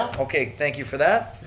um okay, thank you for that.